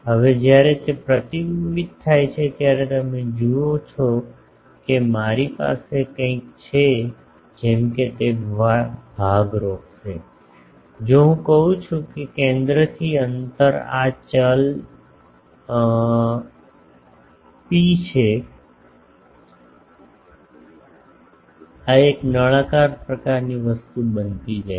હવે જ્યારે તે પ્રતિબિંબિત થાય છે ત્યારે તમે જુઓ છો કે મારી પાસે કંઈક છે જેમ કે તે ભાગ રોકશે જો હું કહું છું કે કેન્દ્રથી અંતર આ ચલ ρ છે આ એક નળાકાર પ્રકારની વસ્તુ બની જાય છે